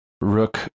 Rook